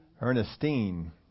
Ernestine